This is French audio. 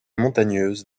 montagneuse